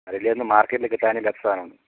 അരളിയൊന്നും മാർക്കെറ്റില് കിട്ടാനില്ലാത്ത സാധനമാണ്